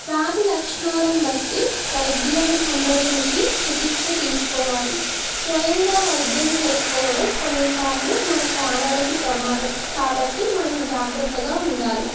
వ్యాధి లక్షణాలను బట్టి వైద్యులను సంప్రదించి చికిత్స తీసుకోవాలి స్వయంగా వైద్యం చేసుకోవడం కొన్నిసార్లు మన ప్రాణానికి ప్రమాదం కాబట్టి మనం జాగ్రత్తగా ఉండాలి